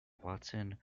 watson